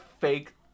fake